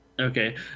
okay